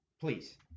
please